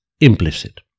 implicit